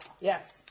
Yes